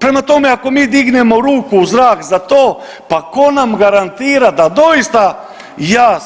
Prema toma, ako mi dignemo ruku u zrak za to pa ko nam garantira da doista ja